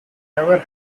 never